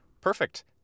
Perfect